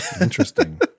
Interesting